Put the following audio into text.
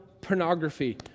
pornography